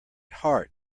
heart